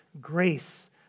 grace